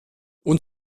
und